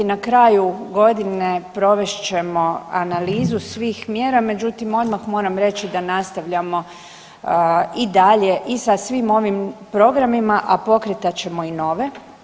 Na kraju godine provest ćemo analizu svih mjera, međutim odmah moram reći da nastavljamo i dalje i sa svim ovim programima, a pokretat ćemo i nove.